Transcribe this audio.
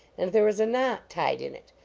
and there is a knot tied in it.